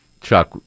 Chuck